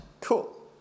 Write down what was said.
Cool